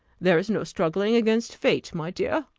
there is no struggling against fate, my dear!